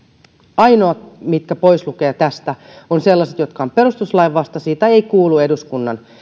ainoat mitkä voi poislukea tästä ovat sellaiset jotka ovat perustuslain vastaisia tai eivät kuulu eduskunnan